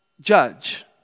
judge